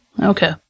Okay